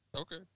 Okay